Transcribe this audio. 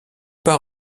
pas